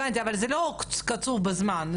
הבנתי, אבל זה לא קצוב בזמן.